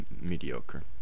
mediocre